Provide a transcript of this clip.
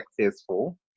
successful